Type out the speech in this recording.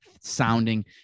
sounding